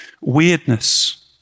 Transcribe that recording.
weirdness